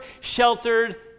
sheltered